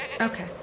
Okay